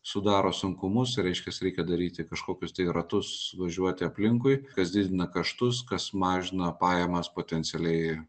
sudaro sunkumus reiškias reikia daryti kažkokius tai ratus važiuoti aplinkui kas didina kaštus kas mažina pajamas potencialiai